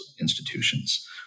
institutions